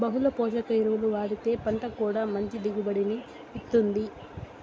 బహుళ పోషక ఎరువులు వాడితే పంట కూడా మంచి దిగుబడిని ఇత్తుంది